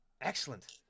Excellent